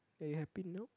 are you happy now